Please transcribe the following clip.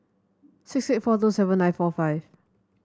six eight four two seven nine four five